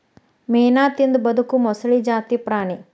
ಮೇನಾ ತಿಂದ ಬದಕು ಮೊಸಳಿ ಜಾತಿ ಪ್ರಾಣಿ